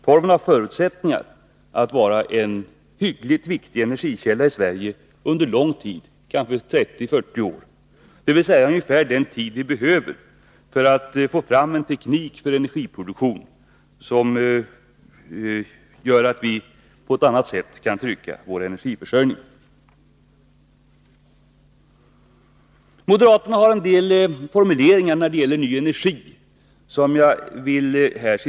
Torven har förutsättningar att vara en hygglig energikälla i Sverige under lång tid, kanske 30-40 år, dvs. ungefär den tid som vi behöver för att få fram en teknik för energiproduktion som gör att vi på ett annat sätt kan trygga vår energiförsörjning. Moderaterna har en del formuleringar när det gäller ny energi som jag vill citera. Bl.